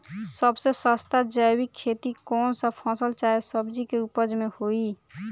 सबसे सस्ता जैविक खेती कौन सा फसल चाहे सब्जी के उपज मे होई?